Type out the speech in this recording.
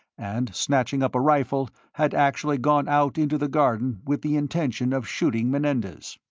and snatching up a rifle, had actually gone out into the garden with the intention of shooting menendez.